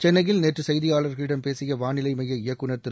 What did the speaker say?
சென்னையில் நேற்று செய்தியாளர்களிடம் பேசிய வானிலை மைய இயக்குநர் திரு